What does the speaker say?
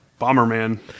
Bomberman